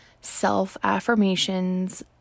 self-affirmations